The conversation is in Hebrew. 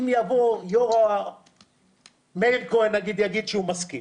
אם יבוא מאיר כהן ויגיד נגיד שהוא מסכים,